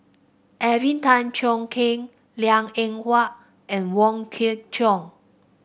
Alvin Tan Cheong Kheng Liang Eng Hwa and Wong Kwei Cheong